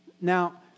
Now